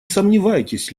сомневайтесь